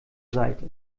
seite